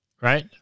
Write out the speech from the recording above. right